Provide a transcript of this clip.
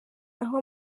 aho